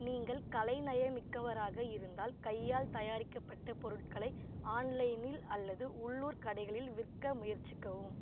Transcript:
நீங்கள் கலைநயமிக்கவராக இருந்தால் கையால் தயாரிக்கப்பட்ட பொருட்களை ஆன்லைனில் அல்லது உள்ளூர் கடைகளில் விற்க முயற்சிக்கவும்